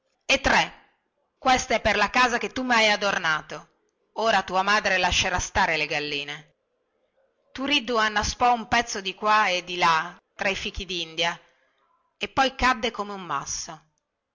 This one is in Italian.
e tre questa è per la casa che tu mhai adornato ora tua madre lascerà stare le galline turiddu annaspò un pezzo di qua e di là tra i fichidindia e poi cadde come un masso